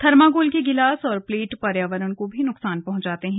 thermocol के गिलास और प्लेट पर्यावरण को भी नुकसान पहुंचाते है